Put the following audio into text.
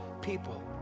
people